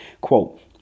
quote